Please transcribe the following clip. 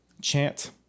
chant